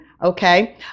Okay